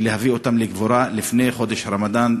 ולהביא אותן לקבורה לפני חודש הרמדאן,